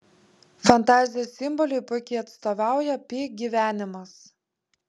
fantazijos simboliui puikiai atstovauja pi gyvenimas